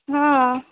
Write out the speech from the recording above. हां